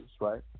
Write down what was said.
right